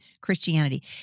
Christianity